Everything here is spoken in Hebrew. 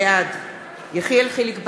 בעד יחיאל חיליק בר,